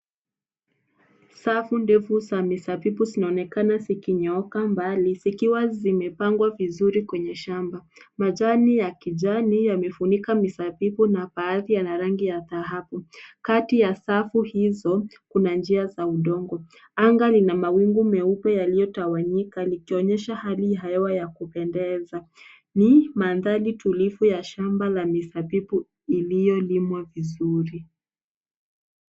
Safu ndefu za mizabibu zinaonekana zikinyooka mbali, zikiwa zimepangwa vizuri kwenye shamba. Majani ya kijani yamefunika mizabibu na baadhi yana rangi ya dhahabu. Kati ya safu hizo, kuna njia za udongo. Anga lina mawingu meupe yaliyotawanyika, likionyesha hali ya kupendeza. Ni mandhari tulivu ya shamba la mizabibu iliyolimwa vizuri.